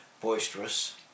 boisterous